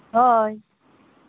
ᱦᱳᱭ